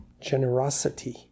generosity